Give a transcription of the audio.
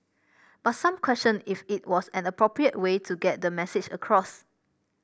but some questioned if it was an appropriate way to get the message across